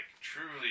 truly